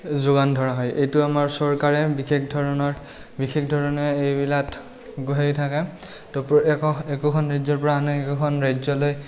যোগান ধৰা হয় এইটো আমাৰ চৰকাৰে বিশেষ ধৰণৰ বিশেষ ধৰণে এইবিলাক থাকে তো একোখন ৰাজ্যৰপৰা আন একোখন ৰাজ্যলৈ